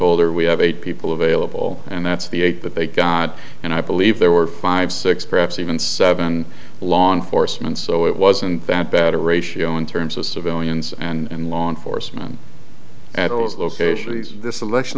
her we have eight people available and that's the eight but they got and i believe there were five six perhaps even seven law enforcement so it wasn't that bad a ratio in terms of civilians and law enforcement at those locations this selection